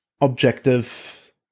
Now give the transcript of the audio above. objective